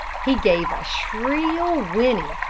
he gave a shrill whinny,